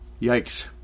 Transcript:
Yikes